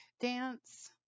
dance